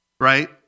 right